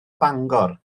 bangor